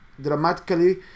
dramatically